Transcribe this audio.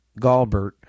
Galbert